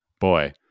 Boy